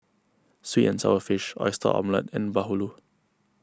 Sweet and Sour Fish Oyster Omelette and Bahulu